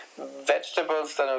vegetables